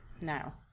now